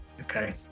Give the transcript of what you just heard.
okay